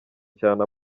cyane